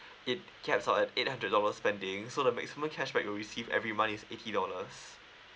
it caps all at eight hundred dollar spending so the maximum cashback you receive every month is eighty dollars